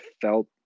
felt